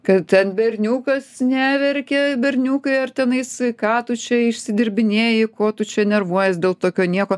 kad ten berniukas neverkia berniukai ar tenais ką tu čia išsidirbinėji ko tu čia nervuojies dėl tokio nieko